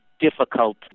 difficult